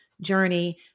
journey